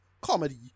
comedy